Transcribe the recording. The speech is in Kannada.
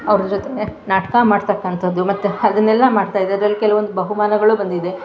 ಅವ್ರ ಜೊತೆಲೇ ನಾಟಕ ಮಾಡ್ತಕ್ಕಂಥದ್ದು ಮತ್ತು ಅದನ್ನೆಲ್ಲ ಮಾಡ್ತಾಯಿದ್ದೆ ಅದ್ರಲ್ಲಿ ಕೆಲವೊಂದು ಬಹುಮಾನಗಳು ಬಂದಿದೆ